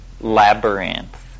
labyrinth